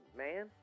man